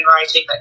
writing